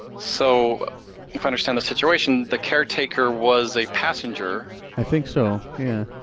so if i understand the situation, the caretaker was a passenger? i think so, yeah.